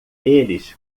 eles